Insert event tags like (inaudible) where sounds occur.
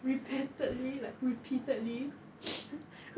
repete~ like repeatedly (laughs)